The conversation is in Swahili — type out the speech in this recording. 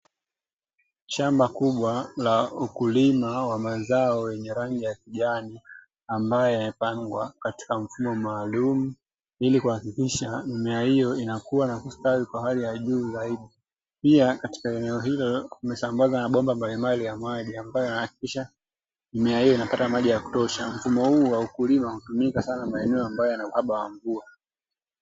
Shamba kubwa la ukulima wa mazao wenye rangi ambayo yapangwa katika mfumo maalumu,. ili kuhakikisha mimea hiyo inakuwa na kusitawi kwa hali ya juu zaidi pia katika eneo hilo kumesambaza na bomba mbalimbali ambayo hakikisha nia hii inapata maji ya kutosha mfumo huu wa ukulima kutumika sana maeneo ambayo yana uhaba wa mvua.